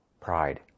pride